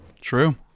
true